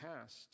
past